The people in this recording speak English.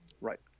Right